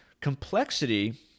complexity